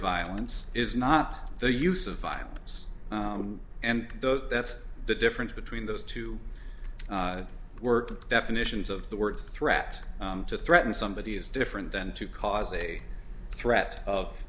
violence is not the use of violence and that's the difference between those two work definitions of the word threat to threaten somebody is different than to cause a threat of